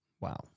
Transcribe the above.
Wow